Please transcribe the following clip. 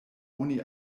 oni